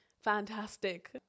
fantastic